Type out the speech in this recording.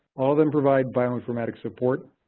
all of them provide bioinformatics support.